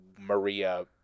Maria